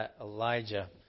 Elijah